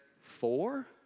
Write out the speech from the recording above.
four